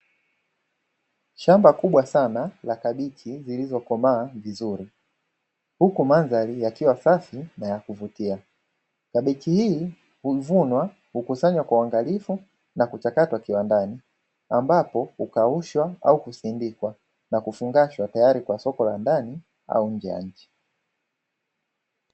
Shamba kubwa sana la Kabichi zilizokomaa vizuri, huku mandhari yakiwa safi na ya kuvutia. Kabichi hii huvunwa, hukusanya kwa uangalifu na kuchakatwa kiwandani. Ambapo hukaushwa au kusindikwa na kufungashwa tayari kwa soko la ndani au nje ya nchi.